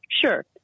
Sure